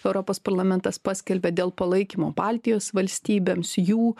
europos parlamentas paskelbė dėl palaikymo baltijos valstybėms jų